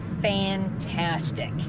fantastic